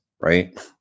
right